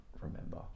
remember